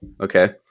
Okay